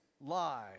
lie